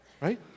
right